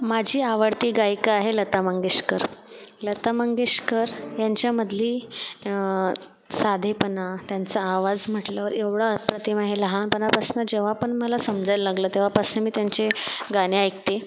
माझी आवडती गायिका आहे लता मंगेशकर लता मंगेशकर यांच्यामधली साधेपणा त्यांचा आवाज म्हटलं एवढा अप्रतिम आहे लहानपणापासनं जेव्हा पण मला समजायला लागलं तेव्हापासनं मी त्यांचे गाणे ऐकते